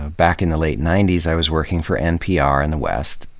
ah back in the late ninety s i was working for npr in the west,